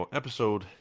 episode